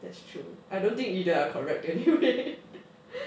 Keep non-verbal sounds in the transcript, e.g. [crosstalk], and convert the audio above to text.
that's true I don't think either are correct anyway [laughs]